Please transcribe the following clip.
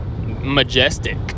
majestic